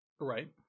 right